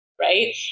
Right